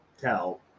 tell